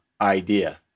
idea